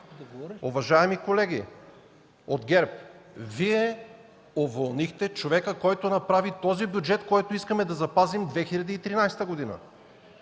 Уважаеми колеги от ГЕРБ, Вие уволнихте човека, който направи този Бюджет, който искаме да запазим, 2013 г.